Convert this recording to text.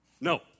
no